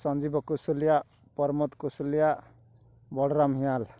ସଞ୍ଜିବ କୌଶଲ୍ୟା ପରମତ କୌଶଲ୍ୟା ବଡ଼ରାମ ହିଆଲ୍